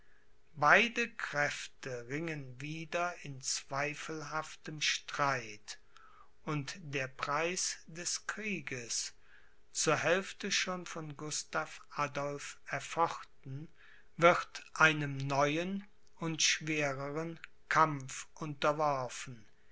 beide kräfte ringen wieder in zweifelhaftem streit und der preis des krieges zur hälfte schon von gustav adolph erfochten wird einem neuen und schwerern kampf unterworfen